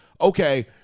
okay